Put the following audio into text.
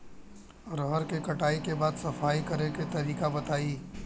रहर के कटाई के बाद सफाई करेके तरीका बताइ?